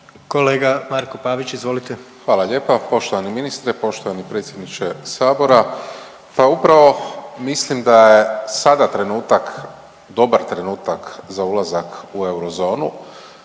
Kolega Marko Pavić, izvolite. **Pavić, Marko (HDZ)** Hvala lijepa. Poštovani ministre, poštovani predsjedniče Sabora pa upravo mislim da je sada trenutak, dobar trenutak za ulazak u euro zonu.